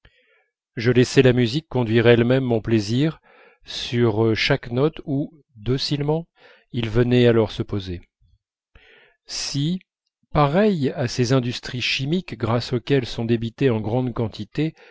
je laissais la musique conduire elle-même mon plaisir sur chaque note où docilement il venait alors se poser si pareil à ces industries chimiques grâce auxquelles sont débités en grandes quantités